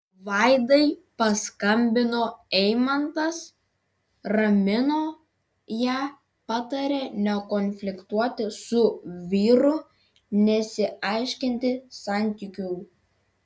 vaidai paskambino eimantas ramino ją patarė nekonfliktuoti su vyru nesiaiškinti santykių